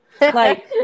like-